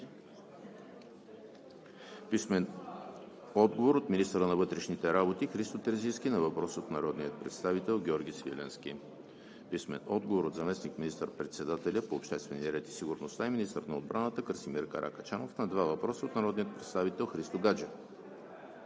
Данчев; - министъра на вътрешните работи Христо Терзийски на въпрос от народния представител Георги Свиленски; - заместник министър-председателя по обществения ред и сигурността и министър на отбраната Красимир Каракачанов на два въпроса от народния представител Христо Гаджев;